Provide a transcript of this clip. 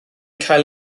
cael